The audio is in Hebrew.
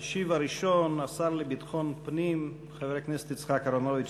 ישיבה נ"ב הישיבה החמישים-ושתיים של הכנסת התשע-עשרה יום רביעי,